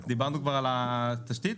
דיברנו כבר על התשתית?